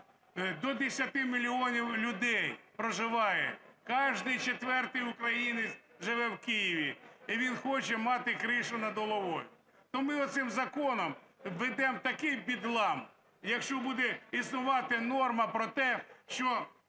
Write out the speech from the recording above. до 10 мільйонів людей проживає. Кожний четвертий українець живе в Києві, і він хоче мати кришу над головою. То ми цим законом введемо такий бедлам, якщо буде існувати норма про те, що